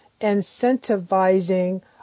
incentivizing